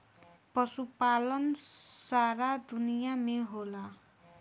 पशुपालन सारा दुनिया में होला